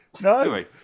No